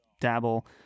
dabble